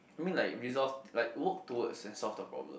I mean like resolve like work towards and solve the problem